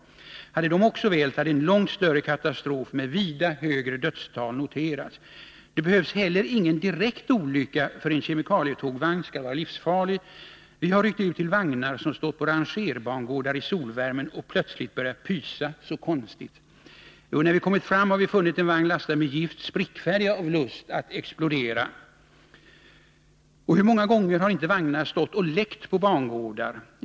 Hade de också vält hade en långt större katastrof med vida högre dödstal noterats. Det behövs heller ingen direkt olycka för att en kemikalietågvagn skall vara livsfarlig. — Vi har ryckt ut till vagnar som stått på rangerbangårdar i solvärmen och ”plötsligt börjat pysa så konstigt”. När vi kommit fram har vi funnit en vagn lastad med gift sprickfärdig av lust att explodera. Och hur många gånger har inte vagnar stått och läckt på bangårdar?